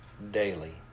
daily